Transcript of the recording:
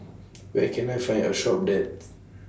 Where Can I Find A Shop that